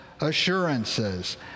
assurances